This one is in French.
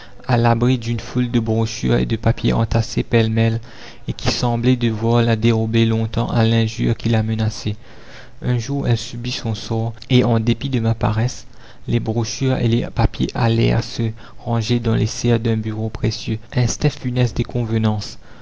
à l'abri d'une foule de brochures et de papiers entassés pêle-mêle et qui semblaient devoir la dérober longtemps à l'injure qui la menaçait un jour elle subit son sort et en dépit de ma paresse les brochures et les papiers allèrent se ranger dans les serres d'un bureau précieux instinct funeste des convenances